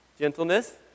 Gentleness